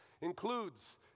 includes